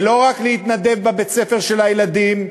ולא רק להתנדב בבית-הספר של הילדים,